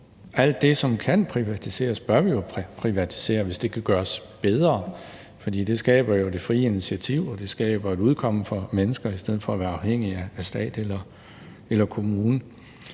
Alt det, som kan privatiseres, bør vi privatisere, hvis det kan gøres bedre, for det skaber jo det frie initiativ, og det skaber et udkomme for mennesker, i stedet for at de er afhængige af stat eller kommune.